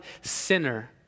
sinner